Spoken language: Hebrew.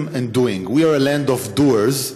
ארצות הברית דונלד טראמפ.